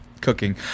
cooking